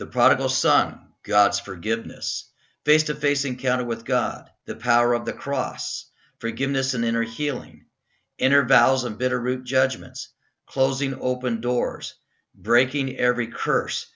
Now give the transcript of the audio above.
the prodigal son god's forgiveness face to face encounter with god the power of the cross forgiveness and inner healing inner bals of bitterroot judgments closing open doors breaking every curse